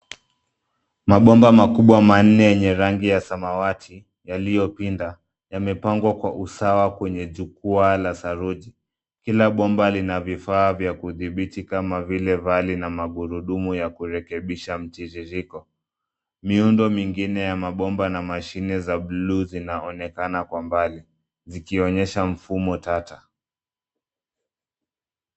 Mabomba makubwa manne yenye rangi ya samawati yaliyopinda yamepangwa kwa usawa kwenye jukwaa la saruji. Kila bomba lina vifaa vya kudhibiti kama vile vali na magurudumu ya kurekebisha mtiririko. Miundo mingine ya mabomba na mashine za bluu zinaonekana kwa mbali zikionyesha mfumo tata.